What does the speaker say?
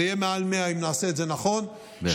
זה יהיה מעל 100, אם נעשה את זה נכון, בהחלט.